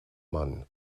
mann